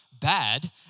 bad